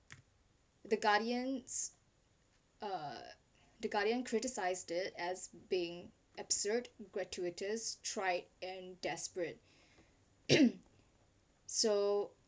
the guardian uh the guardian criticised it as being absurd gratuitous tried and desperate so